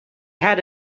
had